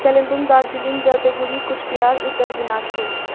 Kalimpong Darjeeling Jalpaiguri Cooch Behar Uttar Dinajpur